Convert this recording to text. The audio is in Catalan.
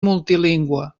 multilingüe